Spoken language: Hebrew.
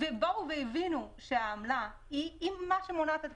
הבינו שהעמלה היא מה שמונע את הפריסה,